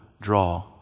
draw